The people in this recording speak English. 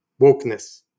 wokeness